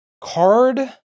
card